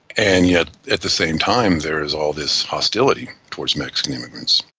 and yet at the same time there is all this hostility towards mexican immigrants.